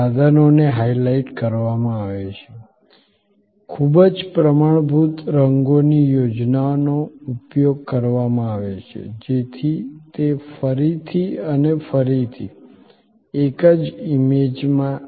સાધનોને હાઇલાઇટ કરવામાં આવે છે ખૂબ જ પ્રમાણભૂત રંગોની યોજનાનો ઉપયોગ કરવામાં આવે છે જેથી તે ફરીથી અને ફરીથી એક જ ઇમેજમાં આવે